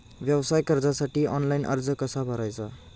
व्यवसाय कर्जासाठी ऑनलाइन अर्ज कसा भरायचा?